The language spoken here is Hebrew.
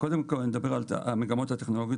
קודם כל אני מדבר על המגמות הטכנולוגיות,